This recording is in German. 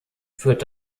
führt